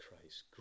Christ